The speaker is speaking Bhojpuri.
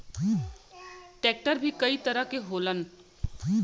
ट्रेक्टर भी कई तरह के होलन